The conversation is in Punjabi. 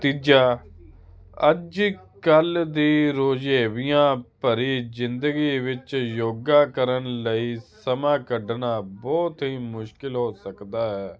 ਤੀਜਾ ਅੱਜ ਕੱਲ੍ਹ ਦੇ ਰੁਝੇਵਿਆਂ ਭਰੀ ਜ਼ਿੰਦਗੀ ਵਿੱਚ ਯੋਗਾ ਕਰਨ ਲਈ ਸਮਾਂ ਕੱਢਣਾ ਬਹੁਤ ਹੀ ਮੁਸ਼ਕਿਲ ਹੋ ਸਕਦਾ ਹੈ